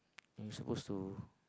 you suppose to